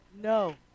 no